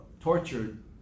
tortured